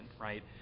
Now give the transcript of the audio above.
right